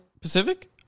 Pacific